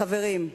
חברים,